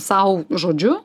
sau žodžiu